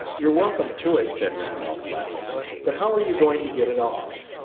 you're welcome to it, said randolph, laughing but how are you going to get it off?